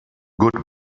good